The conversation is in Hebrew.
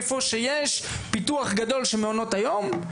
איפה שיש פיתוח גדול של מעונות היום,